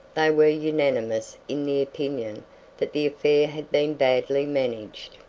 they were unanimous in the opinion that the affair had been badly managed.